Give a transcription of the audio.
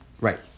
Right